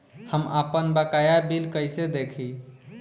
हम आपनबकाया बिल कइसे देखि?